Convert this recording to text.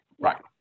Right